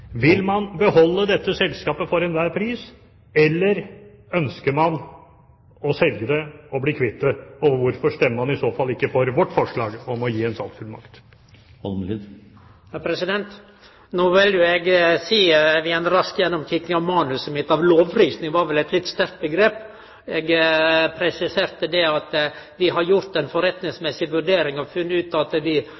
Vil man beholde dette selskapet for enhver pris, eller ønsker man å selge det og bli kvitt det? Og hvorfor stemmer man i så fall ikke for vårt forslag om å gi en salgsfullmakt? No vil eg, etter ei rask gjennomkikking av manuset mitt, seie at «lovprising» var eit litt sterkt omgrep. Eg presiserte at vi har gjort